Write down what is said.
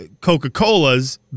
Coca-Cola's